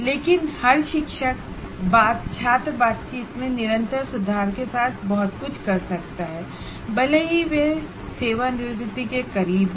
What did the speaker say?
लेकिन हर शिक्षक इंटरेक्शन में निरंतर सुधार के साथ बहुत कुछ कर सकता है भले ही वह सेवानिवृत्ति के करीब हो